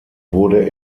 wurde